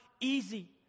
easy